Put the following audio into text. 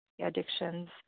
addictions